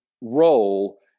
role